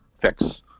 fix